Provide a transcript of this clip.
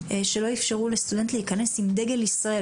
שלא אפשרו לסטודנט להיכנס עם דגל ישראל,